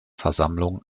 versammlung